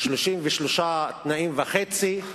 33.5 תנאים,